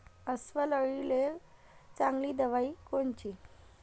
अस्वल अळीले चांगली दवाई कोनची?